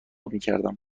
میکردم